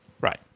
Right